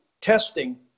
testing